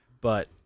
But-